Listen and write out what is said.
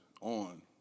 on